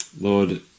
Lord